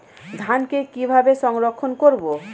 ধানকে কিভাবে সংরক্ষণ করব?